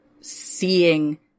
seeing